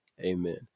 Amen